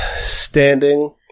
standing